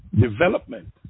development